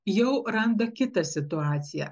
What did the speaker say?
jau randa kitą situaciją